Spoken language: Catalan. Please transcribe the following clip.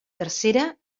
tercera